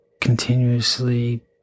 continuously